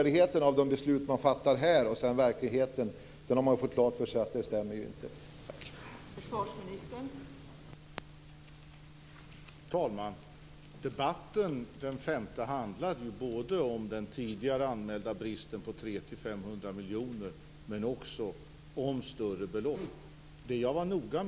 De beslut man fattar här har man fått klart för sig stämmer inte med verkligheten.